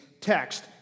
text